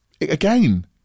again